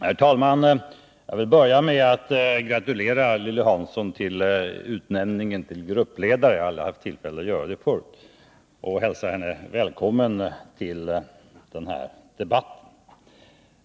Herr talman! Jag vill börja med att gratulera Lilly Hansson till utnämningen till gruppledare — jag har inte haft tillfälle att göra det förut — och hälsa henne välkommen till denna debatt.